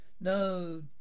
No